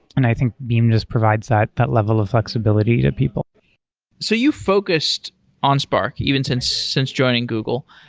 and i think beam just provides that that level of flexibility that people so you focused on spark even since since joining google.